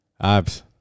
Abs